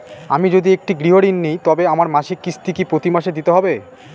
আমি যদি একটি গৃহঋণ নিই তবে আমার মাসিক কিস্তি কি প্রতি মাসে দিতে হবে?